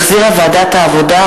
שהחזירה ועדת העבודה,